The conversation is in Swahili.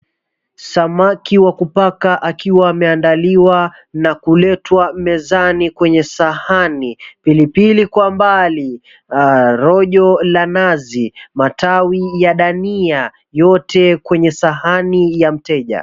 Samaki wa kupaka akiwa ameandaliwa na kuletwa mezani kwenye sahani. Pilipili kwa mbali, rojo la nazi, matawi ya dania, yote kwenye sahani ya mteja.